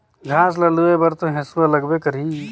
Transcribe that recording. घास ल लूए बर तो हेसुआ लगबे करही